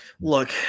Look